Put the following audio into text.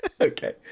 Okay